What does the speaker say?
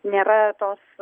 nėra tos